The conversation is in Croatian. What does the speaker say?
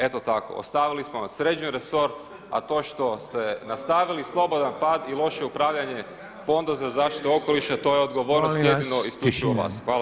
Eto tako, ostavili smo vam sređen resor, a to što ste nastavili slobodan pad i loše upravljanje Fondom za zaštitu okoliša, to je odgovornost i jedino isključivo vas.